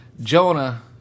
Jonah